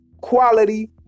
quality